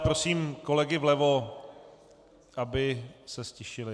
Prosím kolegy vlevo, aby se ztišili.